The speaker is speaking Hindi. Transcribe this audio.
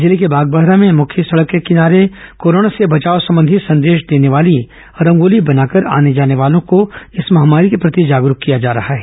जिले के बागबाहरा में मुख्य सड़क के किनारे कोरोना से बचाव संबंधी संदेश देने वाली रंगोली बनाकर आने जाने वालों को इस महामारी के प्रति जागरूक किया जा रहा है